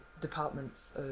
departments